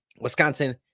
Wisconsin